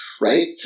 right